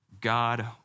God